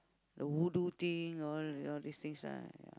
the voodoo thing all all these things right ya